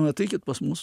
ateikit pas mus